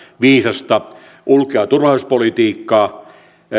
viisasta ulko ja turvallisuuspolitiikkaa